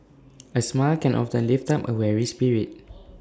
A smile can often lift up A weary spirit